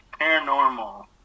paranormal